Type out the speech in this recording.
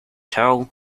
towel